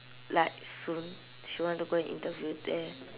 like soon she want to go and interview there